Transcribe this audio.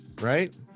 right